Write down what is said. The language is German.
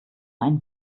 ein